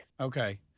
Okay